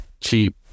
cheap